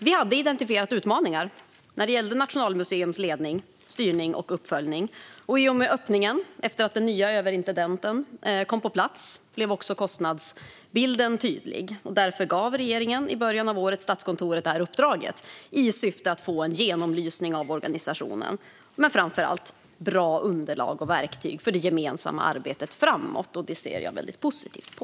Vi hade identifierat utmaningar när det gällde Nationalmuseums ledning, styrning och uppföljning. I och med öppningen, efter att den nya överintendenten kommit på plats, blev också kostnadsbilden tydlig. Därför gav regeringen i början av året Statskontoret detta uppdrag, i syfte att få en genomlysning av organisationen men framför allt bra underlag och verktyg för det gemensamma arbetet framåt. Det ser jag väldigt positivt på.